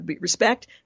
respect